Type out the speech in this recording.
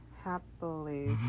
Happily